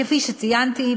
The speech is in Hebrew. כפי שציינתי,